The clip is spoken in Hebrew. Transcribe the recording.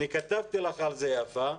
אני כתבתי לך על זה, יפה,